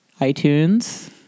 iTunes